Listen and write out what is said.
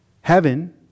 heaven